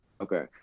Okay